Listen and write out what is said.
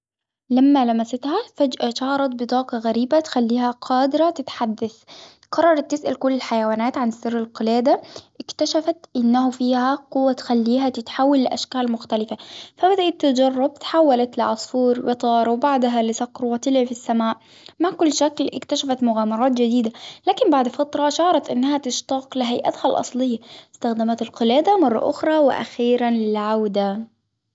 لما لمستها فجأة شعرت بداقة غريبة تخليها قادرة تتحدث، قررت تسأل كل الحيوانات عن سر القلادة. إكتشفت أنه فيها قوة تخليها تتحول لأشكال مختلفة، فبدأت تجرب تحولت لعصفور وطار وبعدها لصقر وطلعت السماء. مع كل شكل إكتشفت مرات جديدة، لكن بعد فترة شعرت أنها تشتاق لهيئتها الاصلية، إستخدمة القلادة مرة اخرى وأخيرا للعودة.